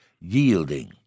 yielding